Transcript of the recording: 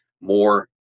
more